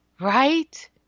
right